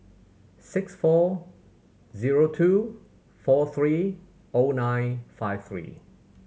six four zero two four three O nine five three